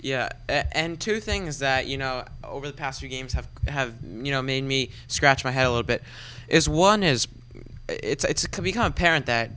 and two things that you know over the past year games have have you know made me scratch my head a little bit is one is it's become apparent that